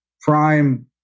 prime